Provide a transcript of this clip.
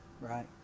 Right